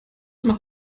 macht